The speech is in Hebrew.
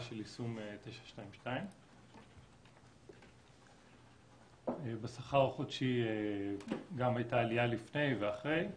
של יישום 922. בשכר החודשי גם הייתה עלייה לפני ואחרי,